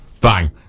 bang